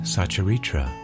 Sacharitra